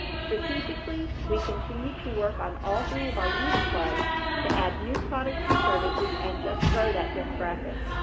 strategically, we continue to work on all three of our youth clubs to add new products and services and just grow that demographic.